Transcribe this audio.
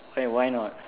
right why not